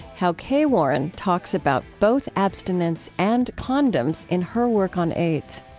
how kay warren talks about both abstinence and condoms in her work on aids.